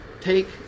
take